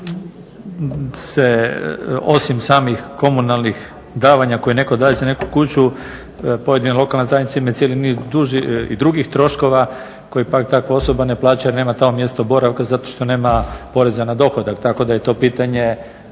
se osim samih komunalnih davanja koje daje za neku kuću pojedine lokalne zajednice imaju cijeli niz i drugih troškova koji pak ako osoba ne plaća jer nema tamo mjesto boravka zato što nema poreza na dohodak. Tako da je to pitanje